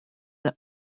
that